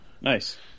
nice